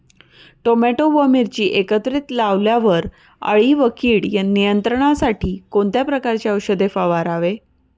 Tomato व मिरची एकत्रित लावल्यावर अळी व कीड नियंत्रणासाठी कोणत्या प्रकारचे औषध फवारावे?